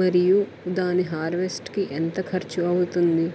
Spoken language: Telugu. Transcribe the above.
మరియు దాని హార్వెస్ట్ కి ఎంత ఖర్చు అవుతుంది?